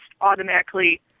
automatically